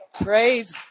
Praise